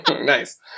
Nice